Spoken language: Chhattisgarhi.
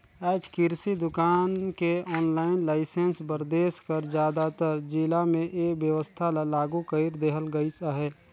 आएज किरसि दुकान के आनलाईन लाइसेंस बर देस कर जादातर जिला में ए बेवस्था ल लागू कइर देहल गइस अहे